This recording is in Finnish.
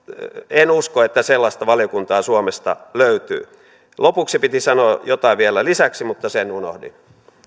en usko että sellaista valiokuntaa suomesta löytyy lopuksi piti sanoa jotain vielä lisäksi mutta sen unohdin